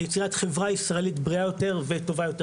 ליצירת חברה ישראלית בריאה יותר וטובה יותר,